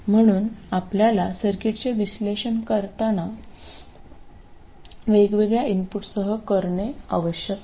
म्हणून आपल्याला सर्किटचे विश्लेषण वेगवेगळ्या इनपुटसह करणे आवश्यक आहे